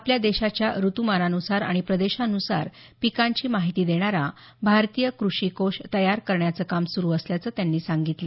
आपल्या देशाच्या ऋतुमानानुसार आणि प्रदेशांन्सार पिकांची माहिती देणारा भारतीय कृषी कोष तयार करण्याचं काम सुरू असल्याचं त्यांनी सांगितलं